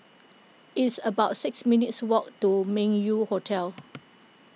it's about six minutes' walk to Meng Yew Hotel